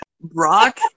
Brock